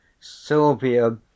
Sylvia